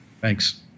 Thanks